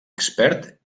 expert